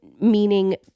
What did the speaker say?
meaning